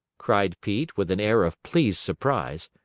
cried pete, with an air of pleased surprise.